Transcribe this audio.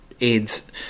AIDS